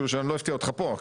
כאילו שאני לא אפתיע אותך פה.